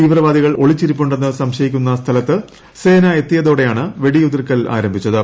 തീവ്രവാദികൾ ഒളിച്ചിരിപ്പുണ്ടെന്ന് സംശയിക്കുന്ന സ്ഥലത്ത് സേന എത്തിയതോടെയാണ് വെടിയുതിർക്കൽ ആരംഭിച്ചത്